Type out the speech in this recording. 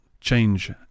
Change